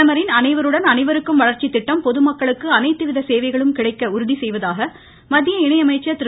பிரதமரின் அனைவருடன் அனைவருக்கும் வளர்ச்சி திட்டம் பொதுமக்களுக்கு அனைத்து வித சேவைகளும் கிடைக்க உறுதி செய்வதாக மத்திய இணை அமைச்சர் திரு